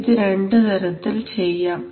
ഇത് രണ്ടു തരത്തിൽ ചെയ്യാം